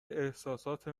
احساسات